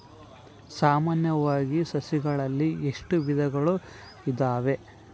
ಸಾಮಾನ್ಯವಾಗಿ ಸಸಿಗಳಲ್ಲಿ ಎಷ್ಟು ವಿಧಗಳು ಇದಾವೆ?